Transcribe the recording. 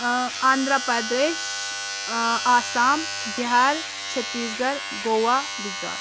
Andhra Pradesh Assam Bihar Chhattisgarh Goa Gujarat